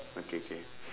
okay K